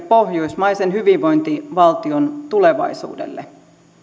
pohjoismaisen hyvinvointivaltion tulevaisuudelle